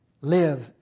live